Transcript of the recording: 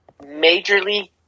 majorly